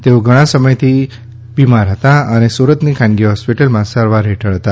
તેઓ ઘણા સમય થી અસ્વસ્થ હતા અને સુરતની ખાનગી હોસ્પિટલમાં સારવાર હેઠળ હતા